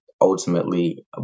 ultimately